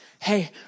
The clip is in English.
hey